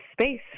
space